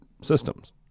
systems